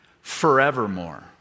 Forevermore